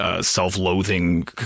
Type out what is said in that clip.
Self-loathing